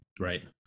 right